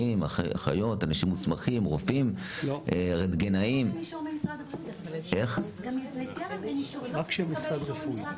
אחיות או רנטגנאים מוסמכים --- גם לטרם אין אישור ממשרד הבריאות.